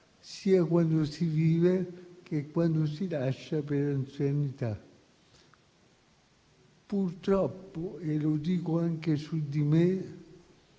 sia quando si vive, che quando si lascia per anzianità. Purtroppo - e lo dico anche per